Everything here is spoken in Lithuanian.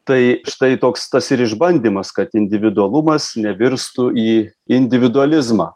tai štai toks tas ir išbandymas kad individualumas nevirstų į individualizmą